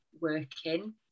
working